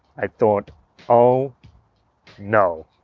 i thought oh no